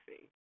see